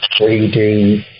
3D